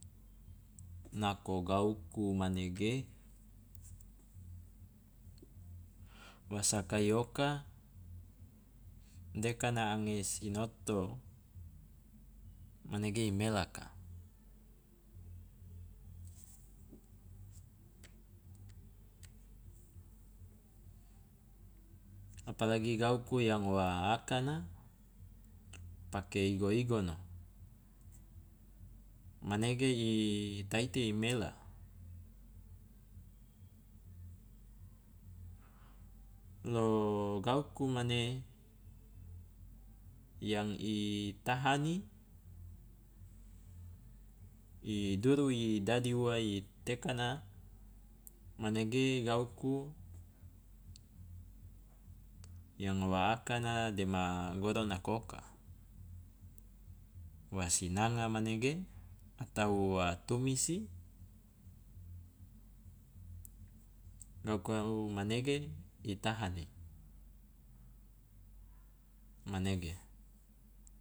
Nako gauku manege wa sakai oka dekana ange sinoto manege i melaka, apalagi gauku yang wa akana pake igo- igono manege i taiti i mela, lo gauku mane yang tahani duru i dadi ua i tekana manege gauku yang wa akana dema goro nako oka, wa sinanga manege atau wa tumisi, gau- gau manege i tahani, manege.